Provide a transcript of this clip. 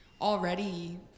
already